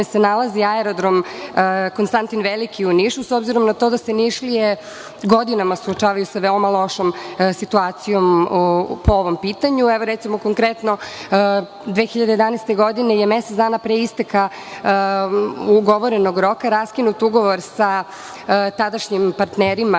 se nalazi Aerodrom „Konstantin Veliki“ u Nišu, s obzirom na to da se Nišlije godinama suočavaju sa veoma lošom situacijom po ovom pitanju. Recimo, konkretno, 2011. godine je mesec dana pre isteka ugovorenog roka raskinut ugovor sa tadašnjim partnerima